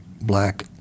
Black